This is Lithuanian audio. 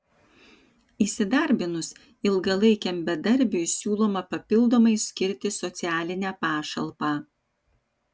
įsidarbinus ilgalaikiam bedarbiui siūloma papildomai skirti socialinę pašalpą